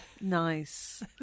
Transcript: nice